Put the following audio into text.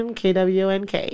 kwnk